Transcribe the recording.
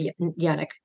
Yannick